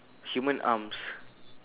human arms